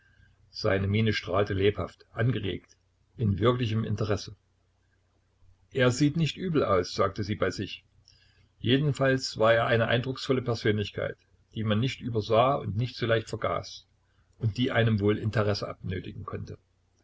seine miene strahlte lebhaft angeregt in wirklichem interesse er sieht nicht übel aus sagte sie bei sich jedenfalls war er eine eindrucksvolle persönlichkeit die man nicht übersah und nicht so leicht vergaß und die einem wohl interesse abnötigen konnte